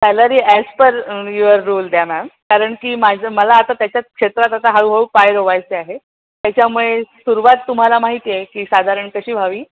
salary as per your rule द्या ma'am कारण की माझं मला आता त्याच्यात क्षेत्रात आता हळूहळू पाय रोवायचे आहे त्याच्यामुळे सुरुवात तुम्हाला माहिती आहे की साधारण कशी व्हावी